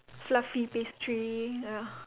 fluffy pastry ah